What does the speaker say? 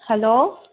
hello